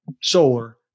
solar